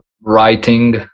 writing